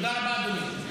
תודה רבה, אדוני.